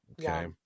Okay